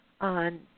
on